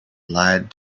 lied